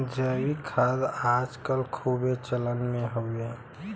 जैविक खाद आज कल खूबे चलन मे हउवे